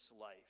life